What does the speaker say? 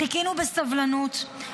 חיכינו בסבלנות,